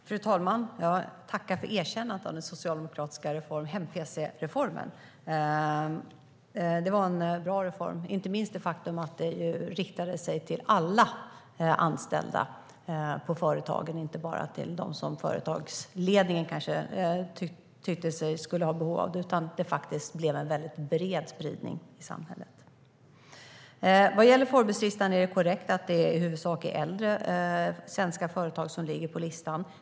Fru talman! Jag tackar Anette Åkesson för erkännandet av den socialdemokratiska hem-pc-reformen. Det var en bra reform, inte minst därför att den riktade sig till alla anställda på företagen och inte bara till dem som företagsledningen ansåg hade behov. Det blev en väldigt bred spridning i samhället. Det är korrekt att det i huvudsak är äldre svenska företag som ligger på Forbeslistan.